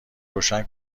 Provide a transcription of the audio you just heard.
روشن